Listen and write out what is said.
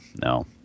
no